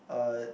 uh